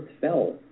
fell